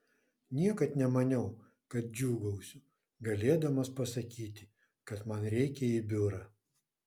niekad nemaniau kad džiūgausiu galėdamas pasakyti kad man reikia į biurą